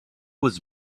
was